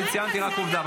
אני רק ציינתי עובדה.